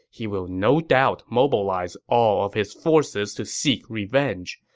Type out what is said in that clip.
he will no doubt mobilize all of his forces to seek revenge.